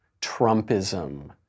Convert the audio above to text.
Trumpism